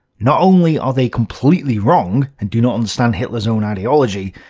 not only are they completely wrong and do not understand hitler's own ideology,